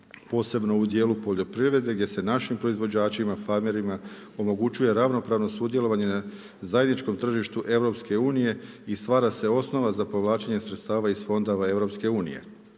posebno u dijelu poljoprivrede gdje se našim proizvođačima, farmerima omogućuje ravnopravne sudjelovanje na zajedničkom tržištu EU-a i stvara se osnova za povlačenje sredstava iz fondova EU-a